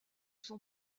son